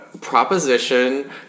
proposition